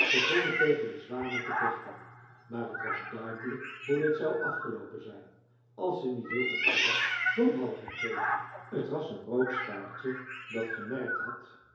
begonnen tegen de zwanen te vechten maar t was duidelijk hoe dit zou afgeloopen zijn als ze niet heel onverwacht hulp hadden gekregen t was een roodstaartje dat gemerkt had